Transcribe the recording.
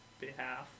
behalf